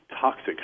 toxic